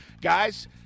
Guys